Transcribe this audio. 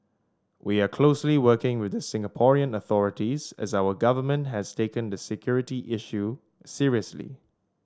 we are closely working with the Singaporean authorities as our government has taken the security issue seriously